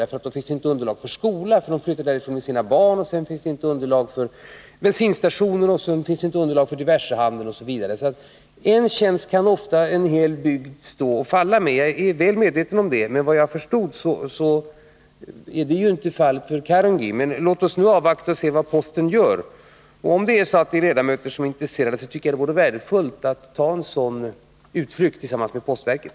Då finns det nämligen inte underlag för skola, för människorna flyttar därifrån med sina barn. Sedan finns det inte underlag för bensinstationer, och så småningom finns det inte underlag för diversehandeln osv. En hel bygd kan ofta stå och falla med en tjänst — jag är väl medveten om det. Men vad jag förstod är det inte fallet för Karungi. Men låt oss avvakta och se vad posten gör. Om det finns ledamöter som är intresserade, tycker jag det vore värdefullt att de får göra en utflykt tillsammans med postverket.